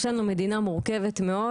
יש לנו מדינה מורכבת מאוד,